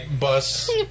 bus